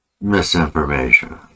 misinformation